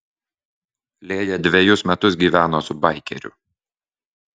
lėja dvejus metus gyveno su baikeriu